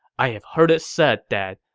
i have heard it said that,